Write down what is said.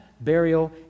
burial